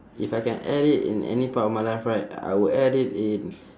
if I can add it in any part of my life right I would add it in